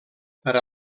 per